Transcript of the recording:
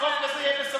שר התיישבות חדש,